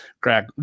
Greg